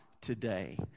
today